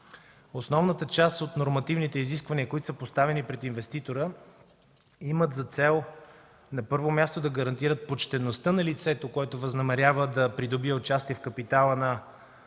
Основната част от нормативните изисквания, които са поставени пред инвеститора, имат за цел, на първо място, да гарантират почтеността на лицето, което възнамерява да придобие участие в капитала на